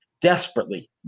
desperately